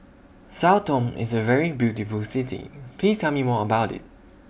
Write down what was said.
Sao Tome IS A very beautiful City Please Tell Me More about IT